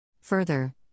Further